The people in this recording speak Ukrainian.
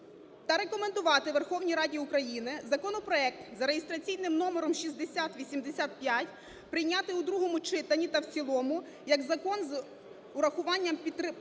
та рекомендувати Верховній Раді України законопроект за реєстраційним номером 6085 прийняти у другому читанні та в цілому як закон з урахуванням підтриманих